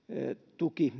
tuki